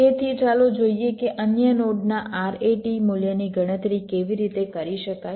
તેથી ચાલો જોઈએ કે અન્ય નોડના RAT મૂલ્યની ગણતરી કેવી રીતે કરી શકાય